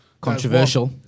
Controversial